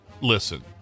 listen